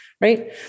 right